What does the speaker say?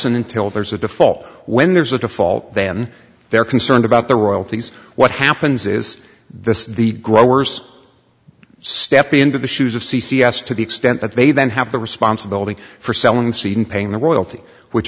and until there's a default when there's a default then they're concerned about the royalties what happens is this the growers step into the shoes of c c s to the extent that they then have the responsibility for selling seed in paying the royalty which